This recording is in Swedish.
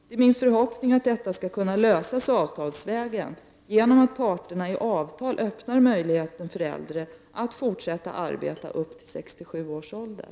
Det är min förhoppning att detta skall kunna lösas avtalsvägen genom att parterna i avtal öppnar möjligheten för äldre att fortsätta att arbeta till 67 års ålder.